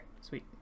Sweet